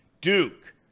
Duke